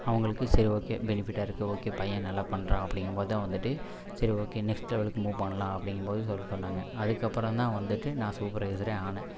அவங்களுக்கு சரி ஓகே பெனிஃபிட்டாக இருக்குது ஓகே பையன் நல்லா பண்ணுறான் அப்படிங்கும்போதுதான் வந்துவிட்டு சரி ஓகே நெக்ஸ்ட் லெவலுக்கு மூவ் பண்ணலாம் அப்படிங்கும்போது சொல்லி சொன்னாங்க அதுக்கப்புறந்தான் வந்துவிட்டு நான் சூப்பர்வைஸரே ஆனேன்